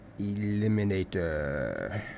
eliminator